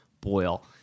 boil